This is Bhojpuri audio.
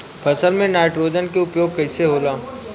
फसल में नाइट्रोजन के उपयोग कइसे होला?